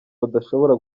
badashobora